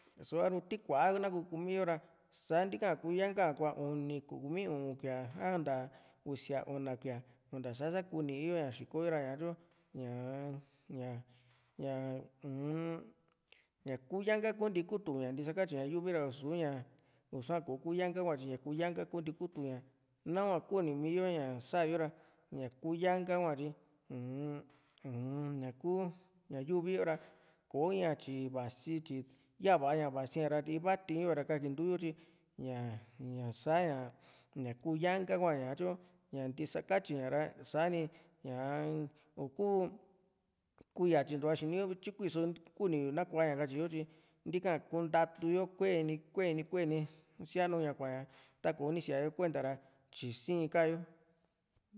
só a´ri tíku´a ku kúmi yo ra santika ku yanka´a kua uni kumi u´un kuía a nta usia una kuía unta sá sa kú niyo´a xíkoyo ra ña tyu ñaa ña uu-n ñaku yanka kunti kutu ña ntisa katyi ña yuvi ra i´suña isua ko kuyanka hua tyi ña kú yanka kunti kutu ña nahua kunimi yo ña sa´a yo ra ñakú yanka hua tyi u-n ña ku ña yuvi yo ra kò´o in ña tyi vasi tyi yava ña vasía ra iva tii´yo a´ra kakintu yo tyi ña ña sa´ña ñaku yanka hua satyu ntisakatyi ña´ra sa´ni u´kuu yatyintuva xiniyo vityu kuii´so kuni yu nakua na katyi yo tyi ntika kuntau yo kueni kueni kueni síanu ña kua´ña takoni síayo kuenta ra tyi siin ka´yo